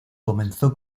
comenzó